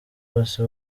bose